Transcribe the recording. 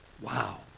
Wow